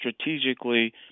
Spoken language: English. strategically